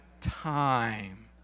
time